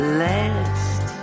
last